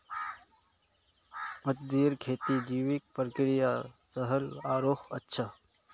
तमरींदेर खेती जैविक प्रक्रिया स ह ल आरोह अच्छा